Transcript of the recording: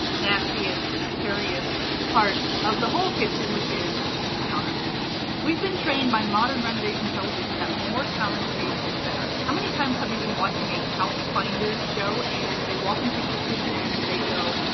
nastiest, hairiest part of the whole kitchen, which is counter space. we've been trained by modern renovation television that more counter space is better. how many times have you been watching a house finders show and they walk into the kitchen and they go,